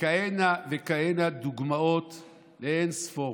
כהנה וכהנה דוגמאות לאין-ספור.